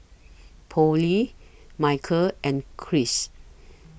Pollie Michel and Chris